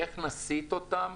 איך נסיט אותם?